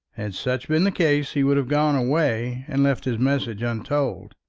had such been the case he would have gone away, and left his message untold.